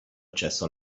accesso